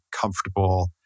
comfortable